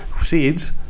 seeds